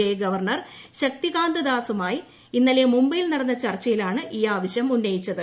I governor Shaktikanta ദാസുമായി ഇന്നലെ മുംബൈയിൽ നടന്ന ചർച്ചയിലാണ് ഈ ആവശ്യം ഉന്നയിച്ചത്